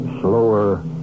slower